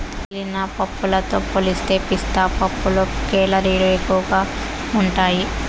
మిగిలిన పప్పులతో పోలిస్తే పిస్తా పప్పులో కేలరీలు ఎక్కువగా ఉంటాయి